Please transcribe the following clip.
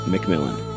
McMillan